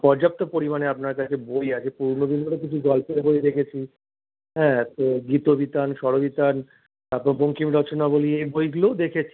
পর্যাপ্ত পরিমাণে আপনার কাছে বই আছে পুরনো দিনেরও কিছু গল্পের বই দেখেছি হ্যাঁ তো গীতবিতান স্বরবিতান তার পর বঙ্কিম রচনাবলী এই বইগুলোও দেখেছি